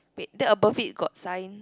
wait then above it got sign